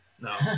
No